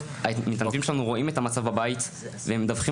מתנדבים שלנו רואים את המצב בבית והם מדווחים